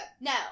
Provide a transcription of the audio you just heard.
No